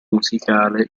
musicale